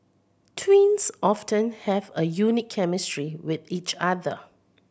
twins often have a unique chemistry with each other